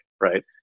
right